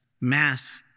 Mass